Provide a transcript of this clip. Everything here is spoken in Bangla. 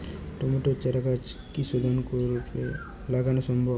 টমেটোর চারাগাছ কি শোধন করে লাগানো সম্ভব?